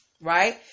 right